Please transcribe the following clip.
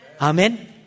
Amen